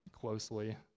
closely